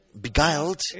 beguiled